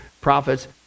prophets